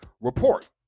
report